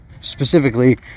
specifically